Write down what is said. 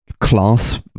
class